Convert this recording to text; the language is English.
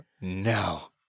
No